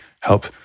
help